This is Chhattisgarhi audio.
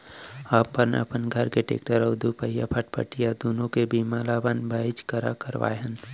हमन हमर घर के टेक्टर अउ दूचकिया फटफटी दुनों के बीमा ल अपन भाईच करा करवाए हन